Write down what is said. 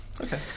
okay